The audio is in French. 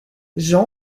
jean